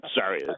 sorry